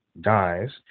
dies